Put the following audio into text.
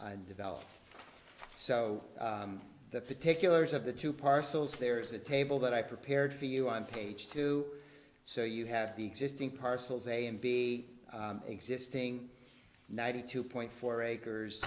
be developed so the particulars of the two parcels there is a table that i prepared for you on page two so you have the existing parcels a and b existing ninety two point four acres